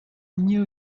knew